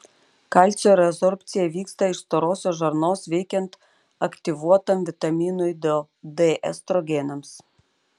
kalcio rezorbcija vyksta iš storosios žarnos veikiant aktyvuotam vitaminui d estrogenams